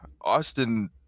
Austin